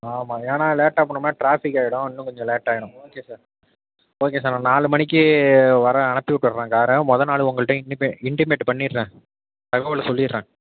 ஆமாம் ஏன்னா லேட்டாக போனோம்னா ட்ராஃபிக் ஆயிடும் இன்னும் கொஞ்சம் லேட் ஆயிடும் ஓகே சார் ஓகே சார் நான் நாலு மணிக்கு வரேன் அனுப்பிவிட்டுட்றேன் காரை மொதநாள் உங்கள்ட்டையும் இண்டிமேட் இண்டிமேட்டு பண்ணிடுறேன் தகவல் சொல்லிடுறேன்